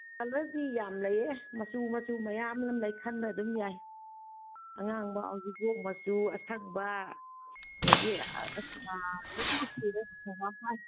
ꯀꯂꯔꯗꯤ ꯌꯥꯝ ꯂꯩꯌꯦ ꯃꯆꯨ ꯃꯆꯨ ꯃꯌꯥꯝ ꯑꯃ ꯂꯩ ꯈꯟꯕ ꯑꯗꯨꯝ ꯌꯥꯏ ꯑꯉꯥꯡꯕ ꯍꯤꯒꯣꯛ ꯃꯆꯨ ꯑꯁꯪꯕ ꯑꯗꯒꯤ ꯂꯣꯏꯅꯃꯛ ꯁꯨꯔꯦ ꯍꯪꯒꯥꯝꯄꯥꯜ